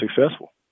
successful